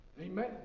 Amen